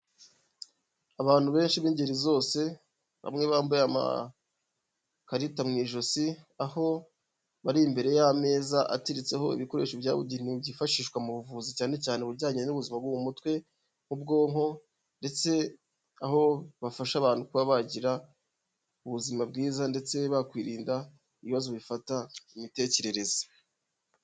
Abantu benshi b'ingeri zose bamwe bambaye amakarita mu ijosi ,aho bari imbere y'ameza atiritseho ibikoresho byabugenewe byifashishwa mu buvuzi cyane cyane ibijyanye n'ubuzima bwo mu mutwe, nk'ubwonko ndetse aho bafasha abantu kuba bagira ubuzima bwiza ndetse bakwirinda ibibazo bifata imitekerereze.